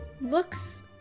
looks